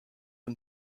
und